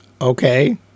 Okay